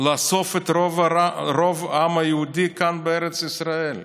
לאסוף את רוב העם היהודי כאן בארץ ישראל.